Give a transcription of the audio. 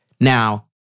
now